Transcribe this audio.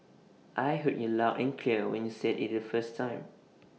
I heard you loud and clear when you said IT the first time